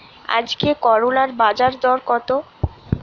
আজকে করলার বাজারদর কত?